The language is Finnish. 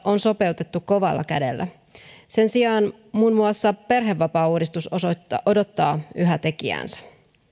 on sopeutettu kovalla kädellä sen sijaan muun muassa perhevapaauudistus odottaa yhä tekijäänsä